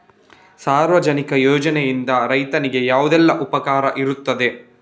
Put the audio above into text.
ಸಾರ್ವಜನಿಕ ಯೋಜನೆಯಿಂದ ರೈತನಿಗೆ ಯಾವುದೆಲ್ಲ ಉಪಕಾರ ಇರ್ತದೆ?